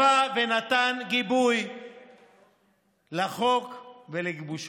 וליווה ונתן גיבוי לחוק ולגיבושו.